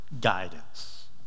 guidance